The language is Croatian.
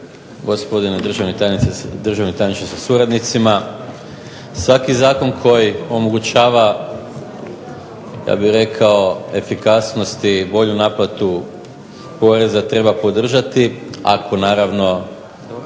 gospodine državni tajniče sa suradnicima. Svaki zakon koji omogućava, ja bih rekao efikasnost i bolju naplatu poreza, treba podržati ako naravno